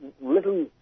little